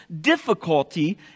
difficulty